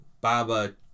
Baba